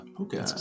okay